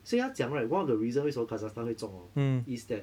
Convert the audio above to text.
所以他讲 right one of the reason 为什么 kazakhstan 会中 hor is that